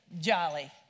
jolly